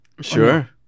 Sure